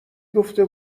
گفته